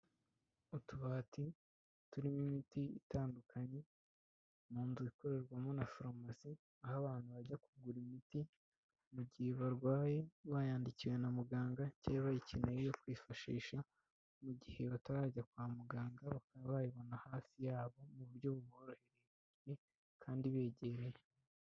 Utubati turimo imiti itandukanye, mu nzu ikorerwamo na foromasi aho abantu bajya kugura imiti mu gihe barwaye bayandikiwe na muganga cyangwa bayikeneye bakayifashisha mu gihe batarajya kwa muganga bakaba bayibona hafi ya bo mu buryo buboroheye kandi ibegereye.